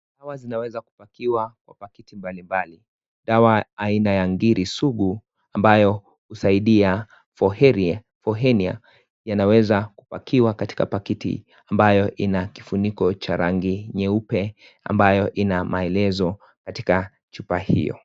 Dawa zinaweza kupakiwa kwa pakiti mbalimbali. Dawa aina ya (CS)ngiri sugu(CS) ambayo husaidia (CS)for hernia(CS) yanaweza kupakiwa katika pakiti ambayo ina kifuniko cha rangi nyeupe ambayo ina maelezo katika chupa hiyo.